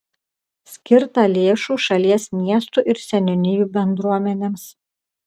skirta lėšų šalies miestų ir seniūnijų bendruomenėms